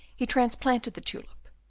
he transplanted the tulip,